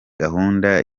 gahunda